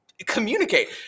communicate